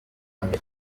mbere